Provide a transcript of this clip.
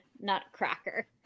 nutcracker